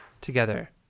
together